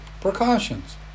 precautions